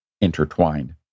intertwined